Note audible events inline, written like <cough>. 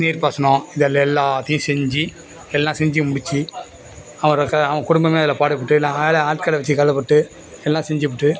நீர்பாசனோம் இதில் எல்லாத்தையும் செஞ்சி எல்லாம் செஞ்சி முடித்து அவங்க குடும்பம் அதில் பாடுபட்டு ஆட்களை <unintelligible> எல்லாம் செஞ்சிபுட்டு